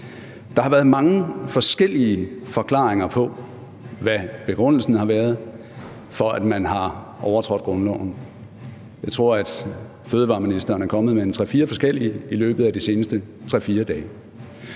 Der har været mange forskellige forklaringer på, hvad begrundelsen har været for, at man har overtrådt grundloven. Jeg tror, at fødevareministeren er kommet med en tre-fire forskellige i løbet af de seneste tre-fire dage.